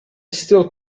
still